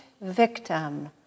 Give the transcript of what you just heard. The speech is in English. victim